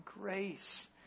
grace